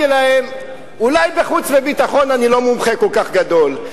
להם: אולי בחוץ וביטחון אני לא מומחה כל כך גדול,